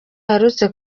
aheruka